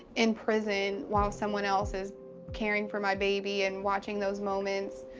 in prison while someone else is caring for my baby and watching those moments.